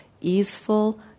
easeful